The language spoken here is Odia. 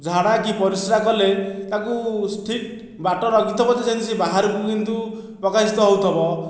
ଝାଡ଼ା କି ପରିସ୍ରା କଲେ ତାକୁ ଠିକ୍ ବାଟ ରଖିଥିବ ଯେ ଯେମିତି ସେ ବାହାରକୁ କିନ୍ତୁ ପ୍ରକାଶିତ ହେଉଥିବ